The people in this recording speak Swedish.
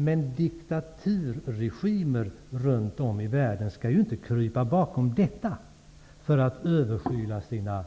Men diktaturregimer runt om i världen skall inte krypa bakom detta för att överskyla sina